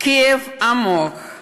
כאב עמוק.